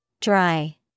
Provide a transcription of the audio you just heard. Dry